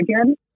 again